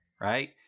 right